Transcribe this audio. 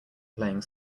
playing